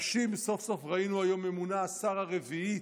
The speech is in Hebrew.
וסוף-סוף ראינו שהיום ממונה השרה הרביעית?